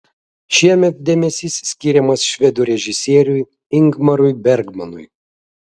šiemet dėmesys skiriamas švedų režisieriui ingmarui bergmanui